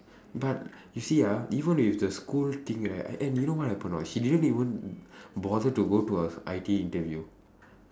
but you see ah even with the school thing right and and you know what happen or not she didn't even bother to go to her I_T_E interview